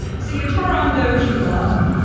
so you turn on those you love